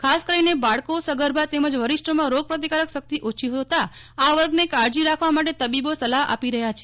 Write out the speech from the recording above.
ખાસ કરીને બાળકો સગર્ભા તેમજ વરિષ્ઠોમાં રોગ પ્રતિકારક શક્તિ ઓછી હોતાં આ વર્ગને કાળજી રાખવા માટે તબીબો સલાહ આપી હ્યા છે